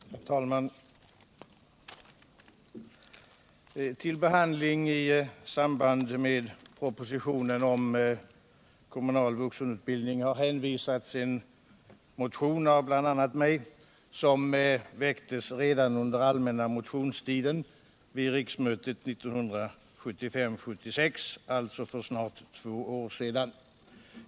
Herr talman! Till behandling i samband med propositionen om kommunal vuxenutbildning har hänvisats en motion av bl.a. mig, som väcktes redan under allmänna motionstiden vid riksmötet 1975/76, alltså för snart två år sedan.